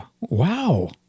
wow